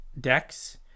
decks